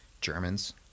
Germans